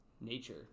nature